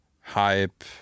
hype